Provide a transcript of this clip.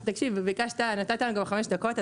נתת לנו גם חמש דקות,